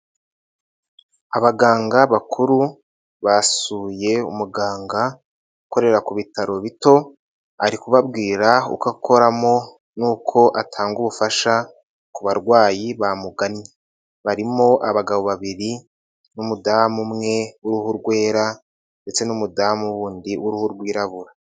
Abaganga bakuru basuye umuganga ukorera ku bitaro bito, ari kubabwira uko akoramo nuko atanga ubufasha ku barwayi bamugannye. Barimo abagabo babiri n'umudamu umwe w'uruhu rwera ndetse n'umudamu w'undi w'uruhu rwirabura.